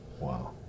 Wow